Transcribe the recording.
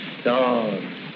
stars